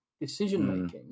decision-making